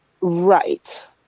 Right